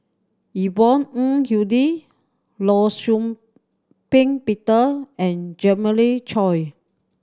Yvonne Ng Uhde Law Shau Ping Peter and Jeremiah Choy